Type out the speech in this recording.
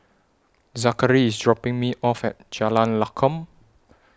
Zakary IS dropping Me off At Jalan Lakum